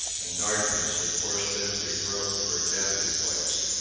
and darkness had forced them to grope for a camping place.